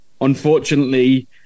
unfortunately